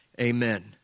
Amen